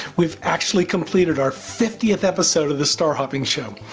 we've actually completed our fiftieth episode of the star hopping show!